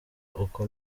uko